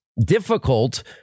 difficult